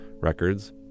Records